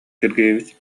сергеевич